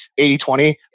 80-20